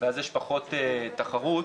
ואז יש פחות תחרות,